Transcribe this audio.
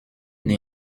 une